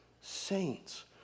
saints